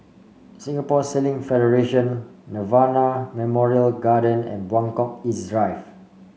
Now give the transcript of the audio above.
Singapore Sailing Federation Nirvana Memorial Garden and Buangkok East Drive